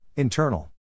Internal